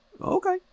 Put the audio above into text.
Okay